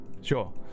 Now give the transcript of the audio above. Sure